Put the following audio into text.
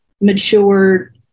mature